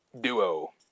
duo